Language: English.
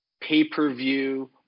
pay-per-view